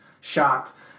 shocked